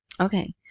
Okay